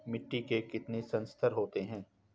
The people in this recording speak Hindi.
मिट्टी के कितने संस्तर होते हैं?